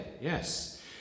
yes